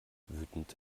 wütend